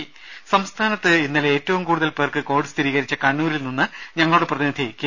രുമ സംസ്ഥാനത്ത് ഇന്നലെ ഏറ്റവും കൂടുതൽ പേർക്ക് കോവിഡ് സ്ഥിരീകരിച്ച കണ്ണൂരിൽ നിന്ന് ഞങ്ങളുടെ പ്രതിനിധി കെ